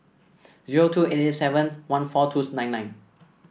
zero two eight eight seven one four twos nine nine